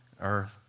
earth